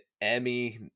emmy